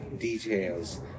details